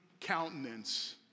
countenance